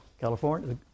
California